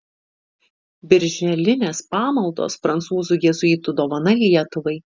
birželinės pamaldos prancūzų jėzuitų dovana lietuvai